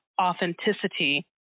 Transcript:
authenticity